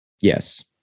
Yes